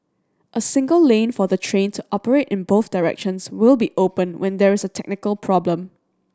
a single lane for the train to operate in both directions will be open when there is a technical problem